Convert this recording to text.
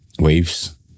Waves